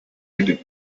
hidden